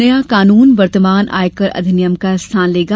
नया कानून वर्तमान आयकर अधिनियम का स्थान लेगा